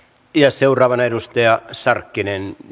seuraavana edustaja sarkkinen